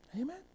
Amen